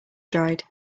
dried